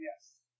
Yes